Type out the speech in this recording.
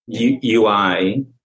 UI